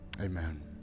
Amen